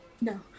No